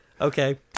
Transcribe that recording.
Okay